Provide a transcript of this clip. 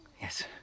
Yes